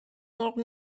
مرغ